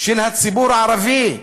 של הציבור הערבי,